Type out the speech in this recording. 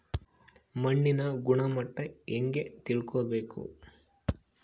ಮಣ್ಣಿನ ಗುಣಮಟ್ಟ ಹೆಂಗೆ ತಿಳ್ಕೊಬೇಕು?